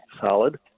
solid